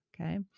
okay